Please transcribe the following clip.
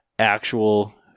actual